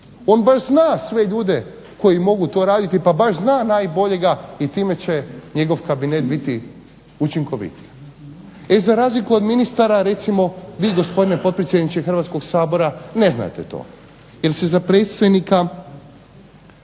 On baš zna sve ljude koji mogu to raditi i baš zna najboljega i time će njegov kabinet biti učinkovitiji. I za razliku od ministara recimo vi gospodine potpredsjedniče Hrvatskog sabora ne znate to, jer se za predstojnika